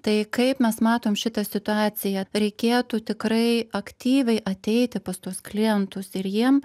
tai kaip mes matom šitą situaciją reikėtų tikrai aktyviai ateiti pas tuos klientus ir jiem